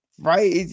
right